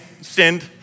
sinned